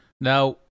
Now